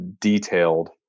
Detailed